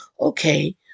okay